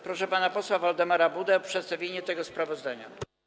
Proszę pana posła Waldemara Budę o przedstawienie tego sprawozdania.